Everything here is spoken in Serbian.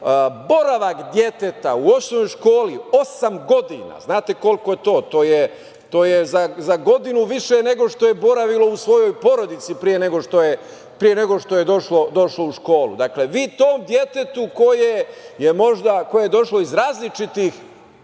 boravak deteta u osnovnoj školi osam godina, znate koliko je to, to je za godinu više nego što je boravilo u svojoj porodici pre nego što je došlo u školu. Dakle, vi tom detetu koje je došlo iz različitih